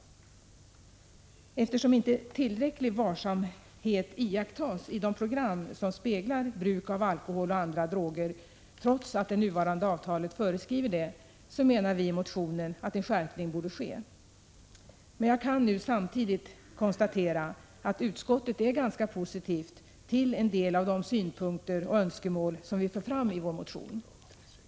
Eftersom inte tillräcklig varsamhet iakttas i de program som speglar bruk av alkohol och andra droger, trots att det nuvarande avtalet föreskriver det, skriver vi i motionen att en skärpning borde ske. Nu kan jag emellertid konstatera att utskottet är ganska positivt till en del av de synpunkter och önskemål som vi för fram i vår motion.